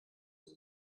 dem